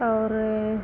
और